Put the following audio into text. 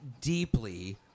deeply